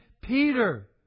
Peter